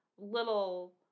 little